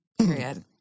period